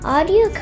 Audio